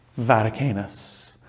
Vaticanus